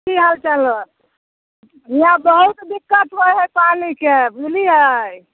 कि हालचाल अइ हिआँ बहुत दिक्कत होइ हइ पानिके बुझलिए